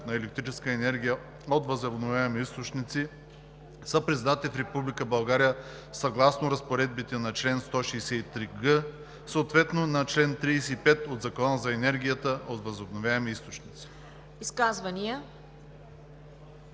на електрическа енергия от възобновяеми източници са признати в Република България съгласно разпоредбите на чл. 163г, съответно на чл. 35 от Закона за енергията от възобновяеми източници.“